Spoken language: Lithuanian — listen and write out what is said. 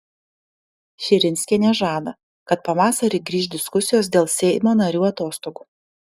širinskienė žada kad pavasarį grįš diskusijos dėl seimo narių atostogų